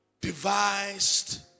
devised